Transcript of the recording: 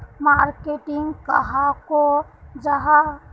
Marketing कहाक को जाहा?